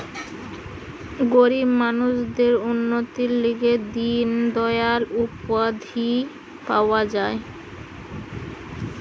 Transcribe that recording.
গরিব মানুষদের উন্নতির লিগে দিন দয়াল উপাধ্যায় পাওয়া যায়